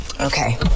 Okay